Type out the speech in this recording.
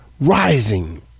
rising